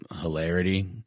hilarity